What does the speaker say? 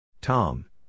Tom